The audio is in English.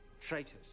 traitors